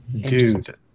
Dude